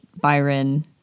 Byron